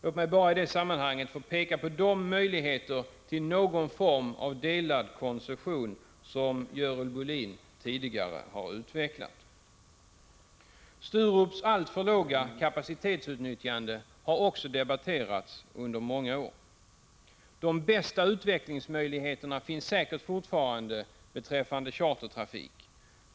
Låt mig bara i sammanhanget peka på de möjligheter till någon form av delad koncession som Görel Bohlin tidigare har utvecklat. Sturups alltför låga kapacitetsutnyttjande har också debatterats under många år. De bästa utvecklingsmöjligheterna finns säkert fortfarande beträffande chartertrafik.